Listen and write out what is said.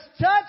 touch